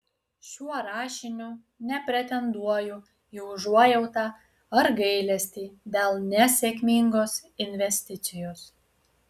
šiuo rašiniu nepretenduoju į užuojautą ar gailestį dėl nesėkmingos investicijos